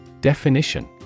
Definition